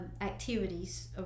activities